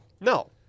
No